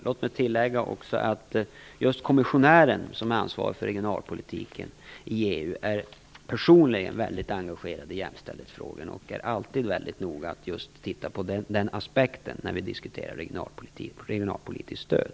Låt mig också tillägga att just kommissionären som är ansvarig för regionalpolitiken i EU personligen är väldigt engagerad i jämställdhetsfrågorna och alltid är väldigt noga att titta på just den aspekten när det gäller regionalpolitik och fördelningen av regionalpolitiskt stöd.